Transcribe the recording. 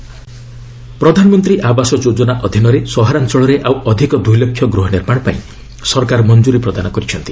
PMAY ପ୍ରଧାନମନ୍ତ୍ରୀ ଆବାସ ଯୋଜନା ଅଧୀନରେ ସହରାଞ୍ଚଳରେ ଆଉ ଅଧିକ ଦୁଇଲକ୍ଷ ଗୃହ ନିର୍ମାଣ ପାଇଁ ସରକାର ମଞ୍ଜୁରୀ ପ୍ରଦାନ କରିଛନ୍ତି